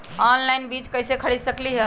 Online बीज कईसे खरीद सकली ह?